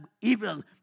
evil